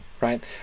Right